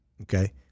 Okay